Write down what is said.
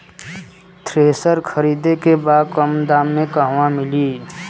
Thresher खरीदे के बा कम दाम में कहवा मिली?